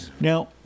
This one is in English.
Now